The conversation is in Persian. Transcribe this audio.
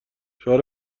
شعار